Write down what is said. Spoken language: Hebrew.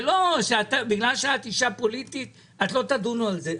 זה לא שבגלל שאת אשה פוליטית, לא תדוני בזה.